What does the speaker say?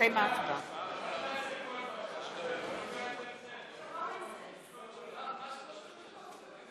הצעת החוק לא התקבלה ויורדת מסדר-יומה של הכנסת.